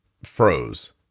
froze